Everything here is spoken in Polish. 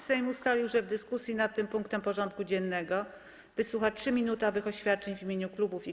Sejm ustalił, że w dyskusji nad tym punktem porządku dziennego wysłucha 3-minutowych oświadczeń w imieniu klubów i koła.